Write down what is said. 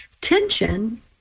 Tension